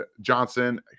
Johnson